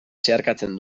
zeharkatzen